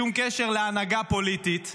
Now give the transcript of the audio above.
שום קשר להנהגה הפוליטית,